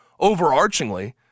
overarchingly